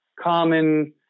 common